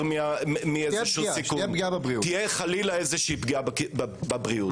תהיה חלילה פגיעה בבריאות,